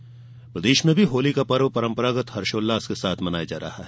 होलिका दहन प्रदेश में भी होली का पर्व परंपरागत हर्षोल्लास से मनाया जा रहा है